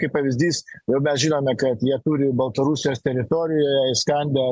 kaip pavyzdys jau mes žinome kad jie turi baltarusijos teritorijoje iskander